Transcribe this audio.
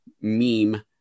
meme